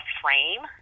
frame